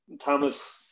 Thomas